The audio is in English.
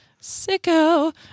Sicko